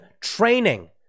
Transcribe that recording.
training